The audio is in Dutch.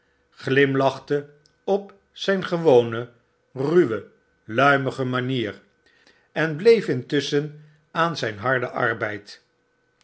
glimlachte op zijn gewone ruwe luimige manier en bieef intusschen aan zyn harden arbeid